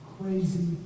crazy